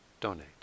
donate